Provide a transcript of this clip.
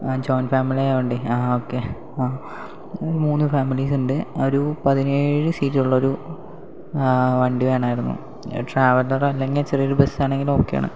ആ joint family ആയതുകൊണ്ട് ആ ഓക്കെ ഈ മൂന്ന് ഫാമിലീസ് ഉണ്ട് ആ ഒരു പതിനേഴ് സീറ്റുള്ളൊരു വണ്ടി വേണമായിരുന്നു ട്രാവലർ അല്ലെങ്കിൽ ചെറിയൊരു ബസ്സാണെങ്കിലും ഓക്കേ ആണ്